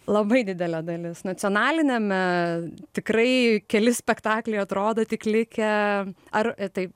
labai didelė dalis nacionaliniame tikrai keli spektakliai atrodo tik likę ar tai